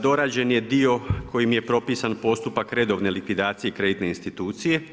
Dorađen je dio kojim je propisan postupak redovne likvidacije kreditne institucije.